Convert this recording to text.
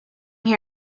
here